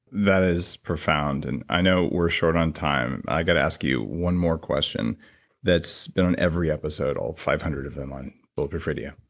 that is profound. and i know we're short on time. i got to ask you one more question that's been on every episode, all five hundred of them, on bulletproof radio.